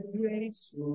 grace